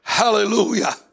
Hallelujah